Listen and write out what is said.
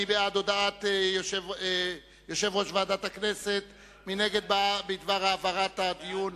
מי בעד הודעת יושב-ראש ועדת הכנסת בדבר העברת הדיון